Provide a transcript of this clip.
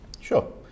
Sure